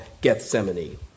Gethsemane